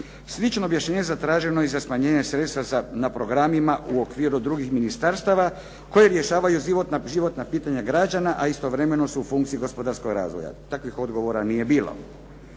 Slično objašnjenje zatraženo je i za smanjenje sredstava na programima u okviru drugih ministarstava koji rješavaju životna pitanja građana a istovremeno su u funkciji gospodarskog razvoja. Takvih odgovora nije bilo.